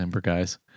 guys